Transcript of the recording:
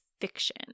fiction